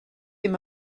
him